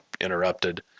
interrupted